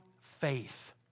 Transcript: faith